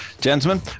gentlemen